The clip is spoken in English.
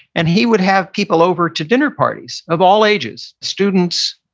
and he would have people over to dinner parties of all ages. students,